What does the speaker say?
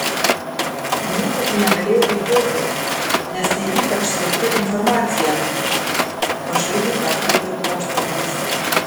nieko tu negalėjai girdėti nes tai ypač slapta informacija pašaipiai pertraukė paukštvanagis